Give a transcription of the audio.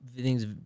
thing's